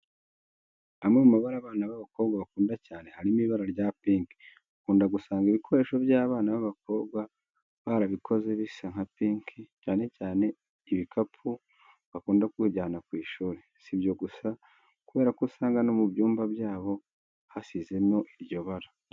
Amwe mu mabara abana b'abakobwa bakunda cyane harimo ibara rya pinki. Ukunda gusanga ibikoresho by'abana b'abakobwa barabikoze bisa nka pinki, cyane cyane ibikapu bakunda kujyana ku ishuri. Si ibyo gusa kubera ko usanga no mu byumba byabo hasizemo iryo bara.